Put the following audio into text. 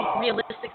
realistic